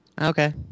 Okay